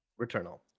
Returnal